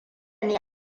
ne